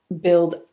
build